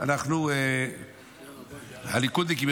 הליכודניקים,